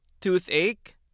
toothache